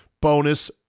bonus